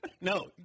No